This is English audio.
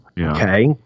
okay